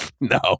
No